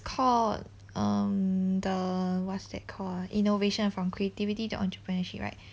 called um the what's that called ah innovation from creativity to entrepreneurship right